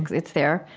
it's there.